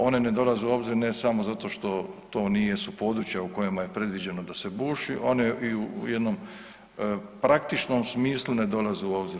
One ne dolaze u obzir, ne samo zato što to nisu područja u kojima je predviđeno da se buši, one i u jednom praktičnom smislu ne dolaze u obzir.